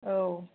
औ